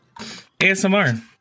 ASMR